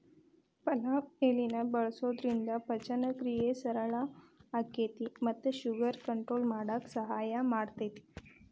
ಪಲಾವ್ ಎಲಿನ ಬಳಸೋದ್ರಿಂದ ಪಚನಕ್ರಿಯೆ ಸರಳ ಆಕ್ಕೆತಿ ಮತ್ತ ಶುಗರ್ ಕಂಟ್ರೋಲ್ ಮಾಡಕ್ ಸಹಾಯ ಮಾಡ್ತೆತಿ